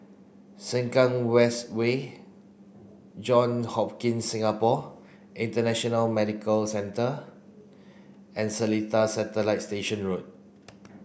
Sengkang West Way Johns Hopkins Singapore International Medical Centre and Seletar Satellite Station Road